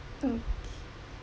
okay